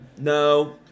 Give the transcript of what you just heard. No